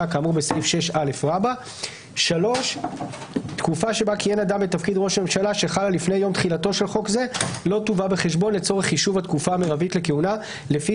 כאמור בסעיף 6א". סייג לעניין חישוב התקופה המרבית לכהונה לפי